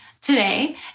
today